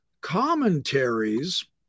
Commentaries